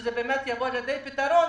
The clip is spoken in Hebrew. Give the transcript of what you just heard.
ושזה באמת יבוא לידי פתרון.